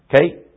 Okay